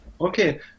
Okay